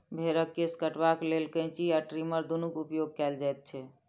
भेंड़क केश कटबाक लेल कैंची आ ट्रीमर दुनूक उपयोग कयल जाइत छै